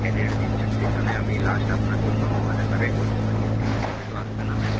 candidate দিচ্ছেন সেখানে আমি লাস্ট আপনার জন্য ন হাজার টাকায় করতে পারি এর থেকে কমে তো আসবে না ম্যাম